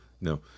No